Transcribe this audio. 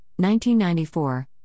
1994